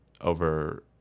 over